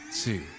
Two